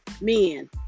Men